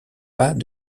pas